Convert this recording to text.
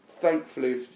thankfully